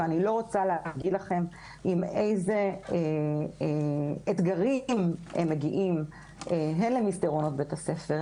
אני לא רוצה להגיד לכם עם איזה אתגרים הם מגיעים הן למסדרונות בית הספר,